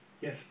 Yes